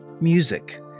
music